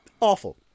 Awful